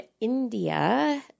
India